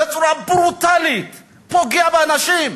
בצורה ברוטלית פוגע באנשים.